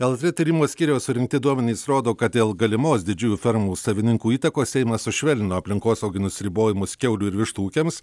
lrt tyrimų skyriaus surinkti duomenys rodo kad dėl galimos didžiųjų fermų savininkų įtakos seimas sušvelnino aplinkosauginius ribojimus kiaulių ir vištų ūkiams